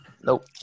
Nope